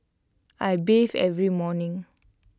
I bathe every morning